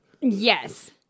Yes